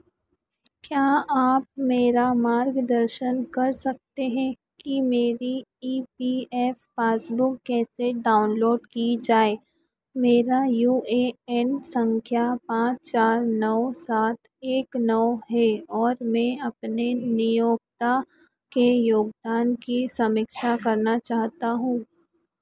क्या आप मेरा मार्गदर्शन कर सकते हैं कि मेरी ई पी एफ पासबुक कैसे डाउनलोड की जाए मेरा यू ए एन संख्या पाँच चार नौ सात एक नौ है और मैं अपने नियोक्ता के योगदान की समीक्षा करना चाहता हूँ